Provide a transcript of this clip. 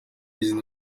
izina